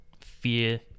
fear